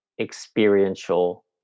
experiential